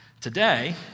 Today